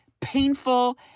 painful